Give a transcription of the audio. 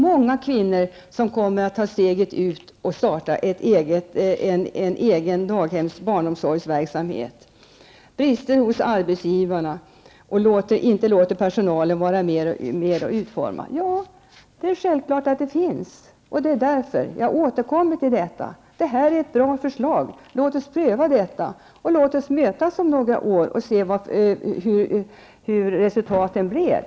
Många kvinnor kommer att ta steget och starta en egen barnomsorgsverksamhet. Det sades att det finns brister hos arbetsgivarna och att de inte låter personalen vara med och utforma verksamheten. Det är självklart att det är så. Det är därför det här är ett bra förslag. Låt oss pröva detta, och låt oss mötas om några år för att se hur resultatet blev.